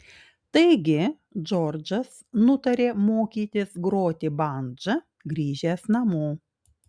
taigi džordžas nutarė mokytis groti bandža grįžęs namo